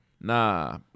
Nah